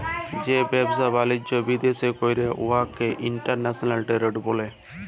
যে ব্যবসা বালিজ্য বিদ্যাশে ক্যরা হ্যয় উয়াকে ইলটারল্যাশলাল টেরেড ব্যলে